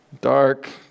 Dark